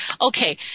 Okay